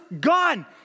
gone